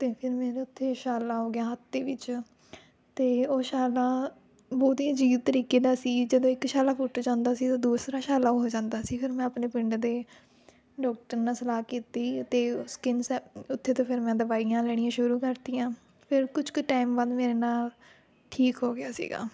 ਅਤੇ ਫਿਰ ਮੇਰੇ ਉੱਥੇ ਛਾਲਾ ਹੋ ਗਿਆ ਹੱਥ ਦੇ ਵਿੱਚ ਅਤੇ ਉਹ ਛਾਲਾ ਬਹੁਤ ਹੀ ਅਜੀਬ ਤਰੀਕੇ ਦਾ ਸੀ ਜਦੋਂ ਇੱਕ ਛਾਲਾ ਫੁੱਟ ਜਾਂਦਾ ਸੀ ਤਾਂ ਦੂਸਰਾ ਛਾਲਾ ਹੋ ਜਾਂਦਾ ਸੀ ਫਿਰ ਮੈਂ ਆਪਣੇ ਪਿੰਡ ਦੇ ਡਾਕਟਰ ਨਾਲ ਸਲਾਹ ਕੀਤੀ ਅਤੇ ਸਕਿੱਨ ਸ ਉੱਥੇ ਤੋਂ ਫਿਰ ਮੈਂ ਦਵਾਈਆਂ ਲੈਣੀਆਂ ਸ਼ੁਰੂ ਕਰਤੀਆਂ ਫਿਰ ਕੁਛ ਕੁ ਟਾਈਮ ਬਾਅਦ ਮੇਰੇ ਨਾਲ ਠੀਕ ਹੋ ਗਿਆ ਸੀਗਾ